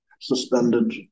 suspended